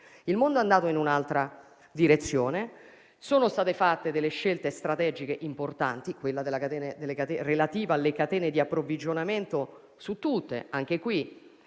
il mondo è andato in un'altra direzione. Sono state fatte scelte strategiche importanti, quella relativa alle catene di approvvigionamento su tutte o